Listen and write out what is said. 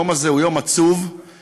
היום הזה הוא יום עצוב לדמוקרטיה.